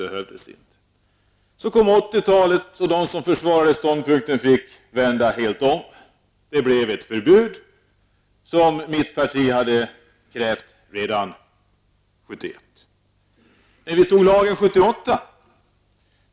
Så kom 1980-talet och de som försvarade denna ståndpunkt fick vända helt om. Det blev ett förbud, som mitt parti hade krävt redan 1971.